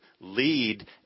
lead